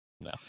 no